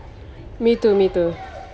me too me too